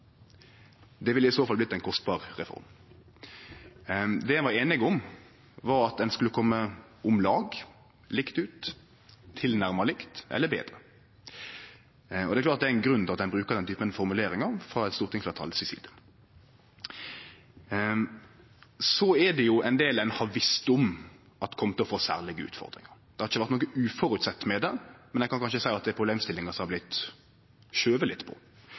Det ville i så fall vorte ei kostbar reform. Det ein var einige om, var at ein skulle kome om lag likt ut, tilnærma likt, eller betre. Det er klart at det er ein grunn til at ein brukar den typen formuleringar frå eit stortingsfleirtal si side. Så er det ein del ein har visst om at kom til å få særlege utfordringar. Det har ikkje vore noko uventa ved det, men ein kan kanskje seie at det er problemstillingar som har vorte skuva litt på.